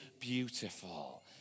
beautiful